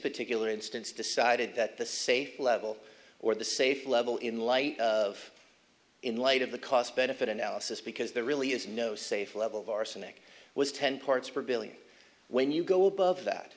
particular instance decided that the safe level or the safe level in light of in light of the cost benefit analysis because there really is no safe level of arsenic was ten parts per billion when you go above that